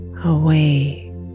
Away